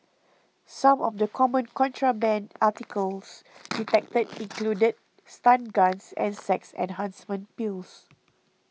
some of the common contraband articles detected included stun guns and sex enhancement pills